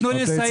תנו לי לסיים,